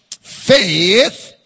faith